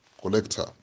collector